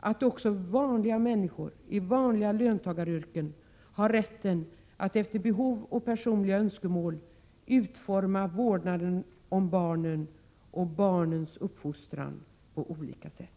för att också vanliga människor, i vanliga löntagaryrken, har rätt att efter behov och personliga önskemål utforma vårdnaden av barnen och barnens uppfostran på olika sätt.